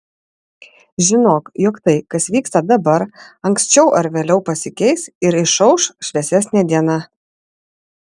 žinok jog tai kas vyksta dabar anksčiau ar vėliau pasikeis ir išauš šviesesnė diena